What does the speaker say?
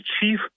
chief